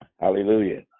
Hallelujah